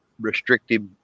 restrictive